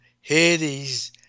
Hades